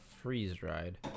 freeze-dried